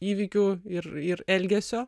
įvykių ir ir elgesio